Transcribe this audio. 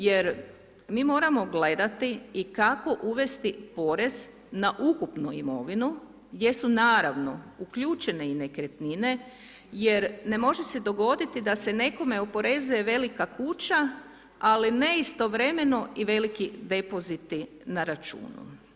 Jer mi moramo gledati i kako uvesti porez na ukupnu imovinu, gdje su naravno uključene i nekretnine jer ne može se dogoditi da se nekome oporezuje velika kuća, ali ne istovremeno i veliki depoziti na računu.